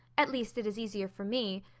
at least, it is easier for me.